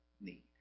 need